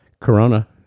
Corona